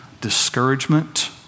discouragement